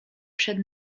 przed